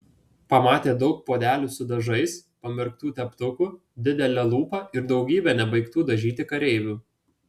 pamatė daug puodelių su dažais pamerktų teptukų didelę lupą ir daugybę nebaigtų dažyti kareivių